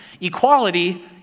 Equality